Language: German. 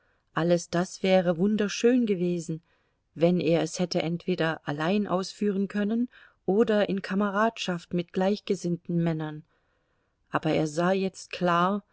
alles das wäre wunderschön gewesen wenn er es hätte entweder allein ausführen können oder in kameradschaft mit gleichgesinnten männern aber er sah jetzt klar